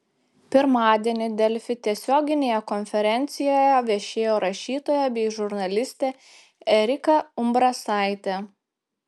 pirmadienį delfi tiesioginėje konferencijoje viešėjo rašytoja bei žurnalistė erika umbrasaitė